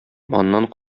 аннан